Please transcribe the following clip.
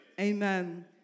amen